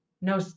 No